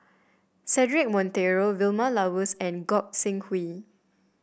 Cedric Monteiro Vilma Laus and Gog Sing Hooi